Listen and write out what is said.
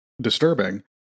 disturbing